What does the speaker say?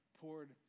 poured